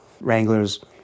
Wranglers